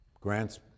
Grant's